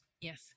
Yes